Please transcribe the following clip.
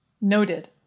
Noted